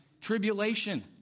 tribulation